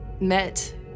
met